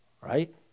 right